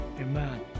amen